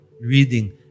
reading